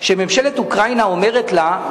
שממשלת אוקראינה אומרת לה: